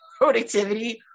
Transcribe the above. productivity